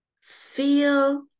feel